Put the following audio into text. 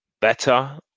better